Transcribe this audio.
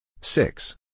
Six